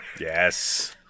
Yes